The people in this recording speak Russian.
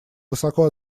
высоко